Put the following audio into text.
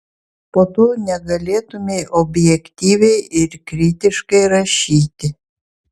po to negalėtumei objektyviai ir kritiškai rašyti